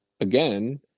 again –